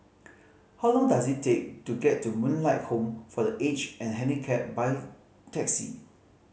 how long does it take to get to Moonlight Home for The Aged and Handicapped by taxi